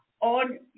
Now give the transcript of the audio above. on